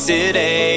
City